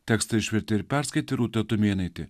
tekstą išvertė ir perskaitė rūta tumėnaitė